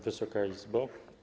Wysoka Izbo!